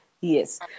Yes